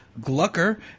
Glucker